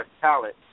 talent